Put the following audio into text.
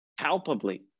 palpably